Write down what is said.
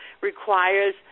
requires